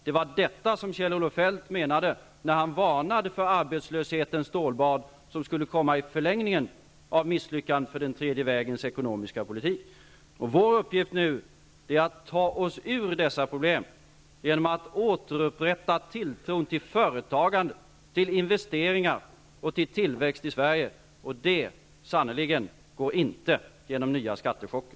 Det var detta som Kjell Olof Feldt menade, när han varnade för arbetslöshetens stålbad, som skulle komma i förlängningen efter misslyckandet med den tredje vägens politik. Vår uppgift nu är att ta oss ur dessa problem genom att återupprätta tilltron till företagande, investeringar och tillväxt i Sverige. Och det går sannerligen inte med hjälp av nya skattechocker.